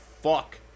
fuck